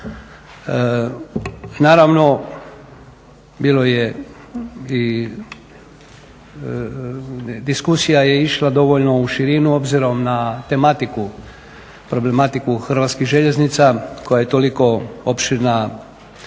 je i diskusija je išla dovoljno u širinu obzirom na tematiku, problematiku Hrvatskih željeznica koja je toliko opširna